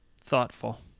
thoughtful